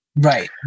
Right